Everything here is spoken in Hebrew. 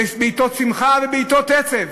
בעתות שמחה ובעתות עצב,